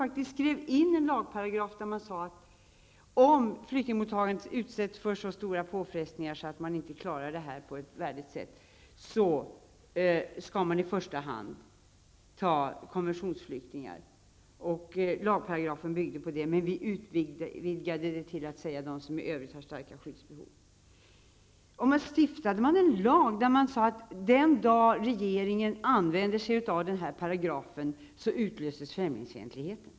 Det skrevs in en lagparagraf där det sades att om flyktingmottagandet utsätts för så stora påfrestningar att man inte klarar mottagandet på ett värdigt sätt, skall konventionsflyktingar komma i första hand. Lagparagrafen byggde på den principen, men vi utvidgade det till att omfatta dem som i övrigt har starka skyddsbehov. Stiftade riksdagen en lag med den innebörden att främlingsfientligheten skulle utlösas den dag regeringen använde sig av paragrafen?